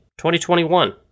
2021